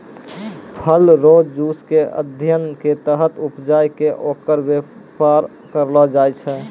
फल रो जुस के अध्ययन के तहत उपजाय कै ओकर वेपार करलो जाय छै